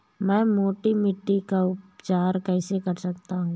मैं मोटी मिट्टी का उपचार कैसे कर सकता हूँ?